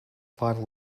five